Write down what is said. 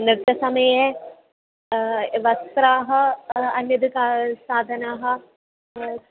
नृत्यसमये वस्त्राणि अन्यद् का साधनानि अस्